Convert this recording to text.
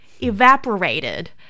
evaporated